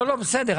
בסדר.